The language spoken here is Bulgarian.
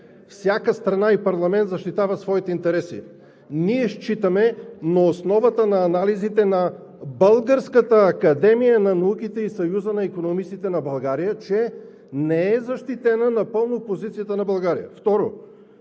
Всяка страна и парламент защитава своите интереси. Ние считаме на основата на анализите на Българската академия на науките и Съюза на икономистите на България, че не е защитена напълно позицията на България.